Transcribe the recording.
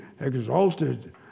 exalted